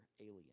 alien